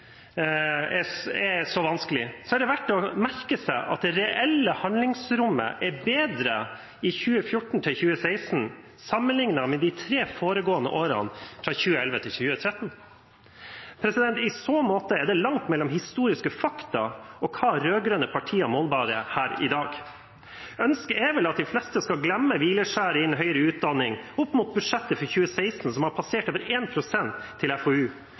er så vanskelig, er det verdt å merke seg at det reelle handlingsrommet er bedre i 2014–2016 enn i de tre foregående årene, fra 2011 til 2013. I så måte er det langt mellom historiske fakta og hva rød-grønne partier målbærer her i dag. Ønsket er vel at de fleste skal glemme hvileskjæret innen høyere utdanning opp mot budsjettet for 2016, som har passert over 1 pst. til FoU,